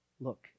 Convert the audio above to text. look